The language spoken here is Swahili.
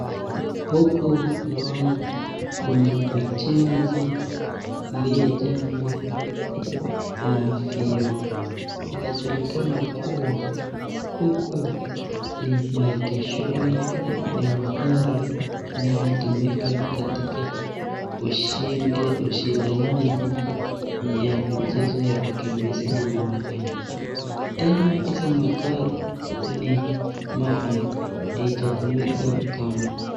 Huku naona kuna ujenzi uliojengwa na vioo. Inajulikana huku ni maegeshoni ya magari yanayotumika katika ushindanaji ya mchezo wa kukimbizana kwa magari. Tena hayo magari ni mapya hayajatumika kamwe.